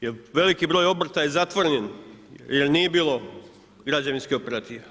Jer veliki broj obrta je zatvoren jer nije bilo građevinske operative.